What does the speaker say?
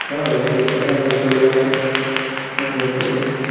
হয় আৰু বহুত কথাই ভাবিব লগা হয় ভাবোঁ কৰোঁ